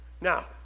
now